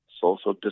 social